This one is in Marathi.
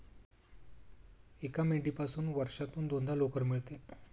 एका मेंढीपासून वर्षातून दोनदा लोकर मिळते